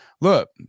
look